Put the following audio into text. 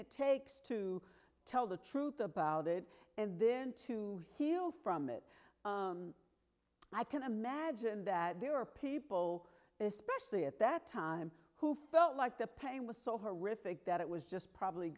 it takes to tell the truth about it and then to heal from it i can imagine that there are people especially at that time who felt like the pain was so horrific that it was just probably